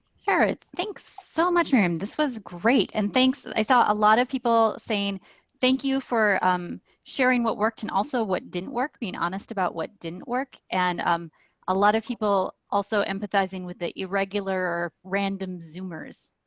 thanks so much miriam, this was great. and thanks, i saw a lot of people saying thank you for sharing what worked and also what didn't work. being honest about what didn't work. and um a lot of people also empathizing with the irregular, random zoomers.